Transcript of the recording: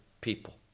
people